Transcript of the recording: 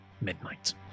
midnight